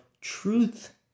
truth